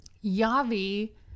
Yavi